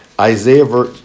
Isaiah